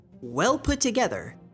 well-put-together